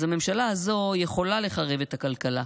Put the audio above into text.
אז הממשלה הזו יכולה לחרב את הכלכלה,